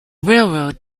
railroad